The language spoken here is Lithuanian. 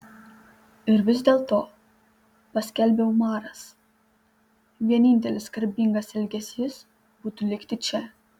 ir vis dėlto paskelbė umaras vienintelis garbingas elgesys būtų likti čia